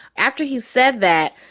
after he said that,